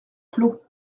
clos